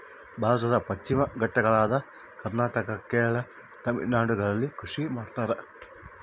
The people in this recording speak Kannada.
ಭಾರತದ ಪಶ್ಚಿಮ ಘಟ್ಟಗಳಾದ ಕರ್ನಾಟಕ, ಕೇರಳ, ತಮಿಳುನಾಡುಗಳಲ್ಲಿ ಕೃಷಿ ಮಾಡ್ತಾರ?